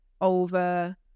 over